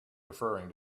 referring